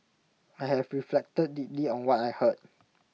I have reflected deeply on what I heard